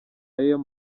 ayo